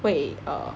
会 uh